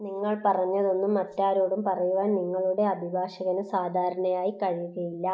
നിങ്ങൾ പറഞ്ഞതൊന്നും മറ്റാരോടും പറയുവാൻ നിങ്ങളുടെ അഭിഭാഷകന് സാധാരണയായി കഴിയുകയില്ല